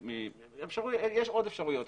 יש עוד אפשרויות,